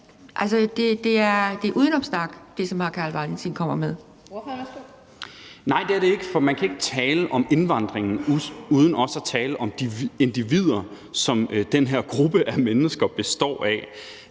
Ordføreren, værsgo. Kl. 12:29 Carl Valentin (SF): Nej, det er det ikke, for man kan ikke tale om indvandringen uden også at tale om de individer, som den her gruppe af mennesker består af.